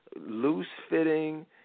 loose-fitting